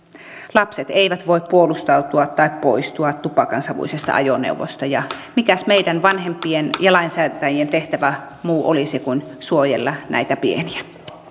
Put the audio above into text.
lapset eivät voi puolustautua tai poistua tupakansavuisesta ajoneuvosta ja mikäs meidän vanhempien ja lainsäätäjien muu tehtävä olisi kuin suojella näitä pieniä